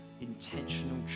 intentional